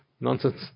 nonsense